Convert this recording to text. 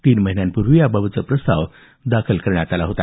तीन महिन्यापूर्वी याबाबतचा प्रस्ताव दाखल करण्यात आला होता